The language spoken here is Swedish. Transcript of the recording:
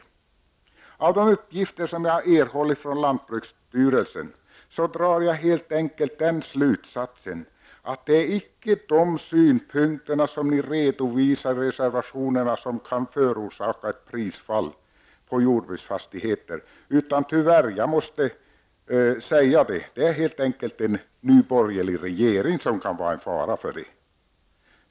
Jag drar den slutsatsen, av de uppgifter som jag erhållit från lantbruksstyrelsen, att det icke är de synpunkter som ni redovisar i reservationerna som kan förorsaka ett prisfall på jordbruksfastigheter. Det är helt enkelt, tyvärr måste jag säga det, en ny borgerlig regering som kan göra det.